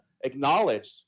acknowledge